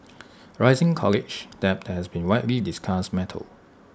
rising college debt has been widely discussed matter